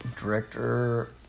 Director